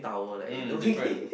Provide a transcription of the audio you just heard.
um different